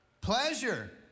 pleasure